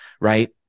right